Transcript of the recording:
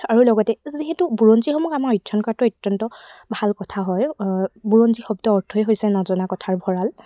আৰু লগতে যিহেতু বুৰঞ্জীসমূহ আমাৰ অধ্যয়ন কাৰটো অত্যন্ত ভাল কথা হয় বুৰঞ্জী শব্দ অৰ্থই হৈছে নজনা কথাৰ ভঁৰাল